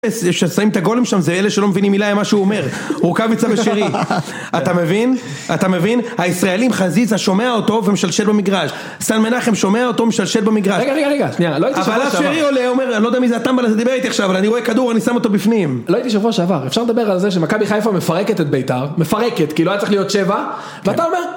אלה ששמים את הגולים שם, זה אלה שלא מבינים מילה ממה שהוא אומר. רוקביצה ושירי. אתה מבין? אתה מבין? הישראלים חזיזה, שומע אותו ומשלשל במגרש. סאן מנחם שומע אותו, משלשל במגרש. רגע רגע רגע, שנייה, לא הייתי שבוע שעבר. אבל אז שירי עולה, אומר, אני לא יודע מי זה הטמבל הזה דיבר איתי עכשיו , אבל אני רואה כדור, אני שם אותו בפנים. לא הייתי שבוע שעבר, אפשר לדבר על זה שמכבי חיפה מפרקת את בית"ר, מפרקת, כי לא היה צריך להיות שבע, ואתה אומר,